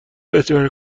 اجاره